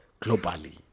globally